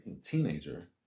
Teenager